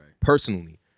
personally